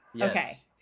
Okay